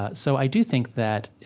but so i do think that